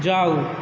जाउ